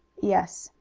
yes